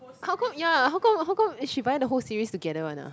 how come ya how come how come is she buy the whole series together one lah